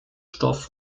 stoff